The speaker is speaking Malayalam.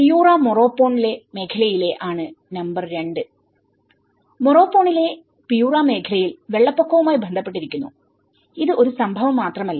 പിയൂറ മൊറോപോൺ മേഖലയിലെ ആണ് നമ്പർ 2 മൊറോപോണിലെ പിയുറ മേഖലയിൽ വെള്ളപ്പൊക്കവുമായി ബന്ധപ്പെട്ടിരിക്കുന്നു ഇത് ഒരു സംഭവം മാത്രമല്ല